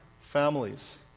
families